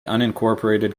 unincorporated